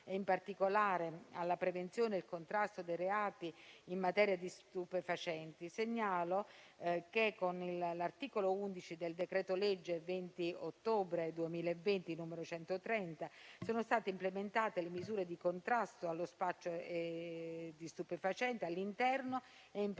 e in particolare alla prevenzione e al contrasto dei reati in materia di stupefacenti, segnalo che con l'articolo 11 del decreto-legge 21 ottobre 2020, n. 130, sono state implementate le misure di contrasto allo spaccio di stupefacenti all'interno e in prossimità